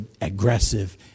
aggressive